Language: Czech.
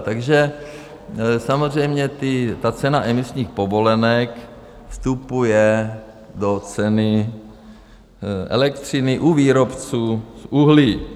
Takže samozřejmě ta cena emisních povolenek vstupuje do ceny elektřiny u výrobců z uhlí.